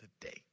today